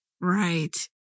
right